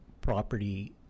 property